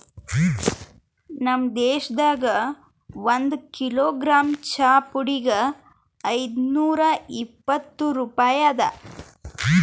ನಮ್ ದೇಶದಾಗ್ ಒಂದು ಕಿಲೋಗ್ರಾಮ್ ಚಹಾ ಪುಡಿಗ್ ಐದು ನೂರಾ ಇಪ್ಪತ್ತು ರೂಪಾಯಿ ಅದಾ